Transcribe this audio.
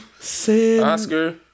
Oscar